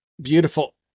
beautiful